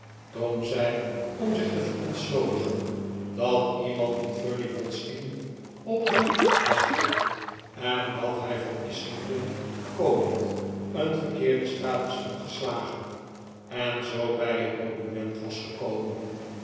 tom zei om zich te verontschuldigen dat iemand in furnival's inn op hem wachtte en dat hij van islington komend een verkeerde straat was ingeslagen en zoo bij het monument was gekomen